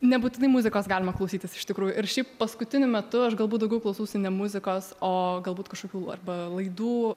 nebūtinai muzikos galima klausytis iš tikrųjų ir šiaip paskutiniu metu aš galbūt daugiau klausausi ne muzikos o galbūt kažkokių arba laidų